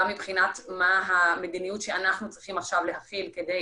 גם מבחינת המדיניות שאנחנו צריכים עכשיו להפעיל כדי